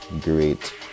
great